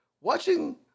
Watching